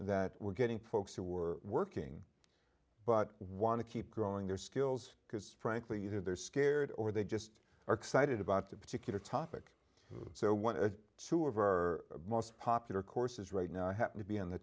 that we're getting folks who are working but want to keep growing their skills because frankly either they're scared or they just are excited about a particular topic so one of two of our most popular courses right now i happen to be in the